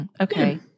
Okay